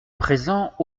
présent